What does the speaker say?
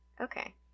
Okay